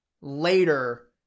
later